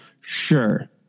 sure